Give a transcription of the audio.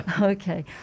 Okay